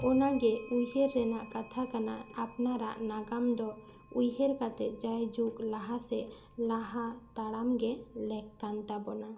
ᱚᱱᱟ ᱜᱮ ᱩᱭᱦᱟᱹᱨ ᱨᱮᱱᱟᱜ ᱠᱟᱛᱷᱟ ᱠᱟᱱᱟ ᱱᱟᱜᱟᱢ ᱫᱚ ᱩᱭᱦᱟᱹᱨ ᱠᱟᱛᱮ ᱡᱟᱭᱡᱩᱜᱽ ᱞᱟᱦᱟ ᱥᱮᱫ ᱞᱟᱦᱟ ᱛᱟᱲᱟᱢ ᱜᱮ ᱞᱮᱜ ᱠᱟᱱ ᱛᱟᱵᱚᱱᱟ